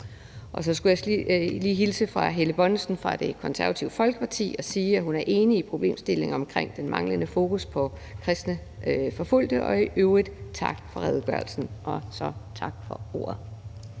Så skulle jeg hilse fra Helle Bonnesen fra Det Konservative Folkeparti og sige, at hun er enig i problemstillingen omkring det manglende fokus på forfulgte kristne, og i øvrigt sige tak for redegørelsen. Tak for ordet.